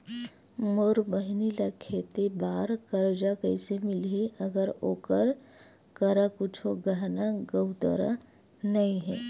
मोर बहिनी ला खेती बार कर्जा कइसे मिलहि, अगर ओकर करा कुछु गहना गउतरा नइ हे?